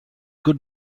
good